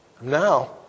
Now